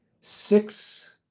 six